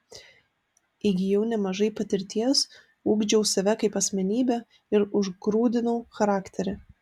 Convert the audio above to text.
įgijau nemažai patirties ugdžiau save kaip asmenybę ir užgrūdinau charakterį